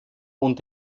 und